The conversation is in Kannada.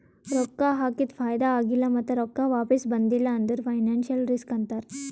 ರೊಕ್ಕಾ ಹಾಕಿದು ಫೈದಾ ಆಗಿಲ್ಲ ಮತ್ತ ರೊಕ್ಕಾ ವಾಪಿಸ್ ಬಂದಿಲ್ಲ ಅಂದುರ್ ಫೈನಾನ್ಸಿಯಲ್ ರಿಸ್ಕ್ ಅಂತಾರ್